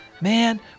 Man